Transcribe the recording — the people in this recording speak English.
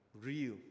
real